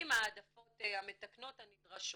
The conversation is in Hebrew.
עם ההעדפות המתקנות הנדרשות.